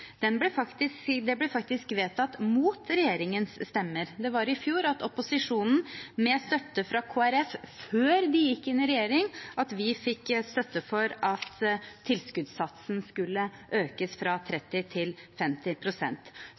ble faktisk vedtatt mot regjeringspartienes stemmer. Det var i fjor at opposisjonen, med støtte fra Kristelig Folkeparti før de gikk inn i regjering, fikk støtte for at tilskuddssatsen skulle økes fra 30 pst. til